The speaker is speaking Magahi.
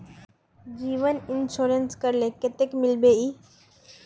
जीवन इंश्योरेंस करले कतेक मिलबे ई?